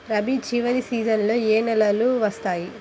రబీ చివరి సీజన్లో ఏ నెలలు వస్తాయి?